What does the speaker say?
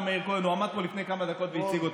מאיר כהן שעמד כאן לפני כמה דקות והציג אותו.